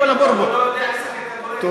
עופר (אומר בערבית: אף פעם לא מחליט,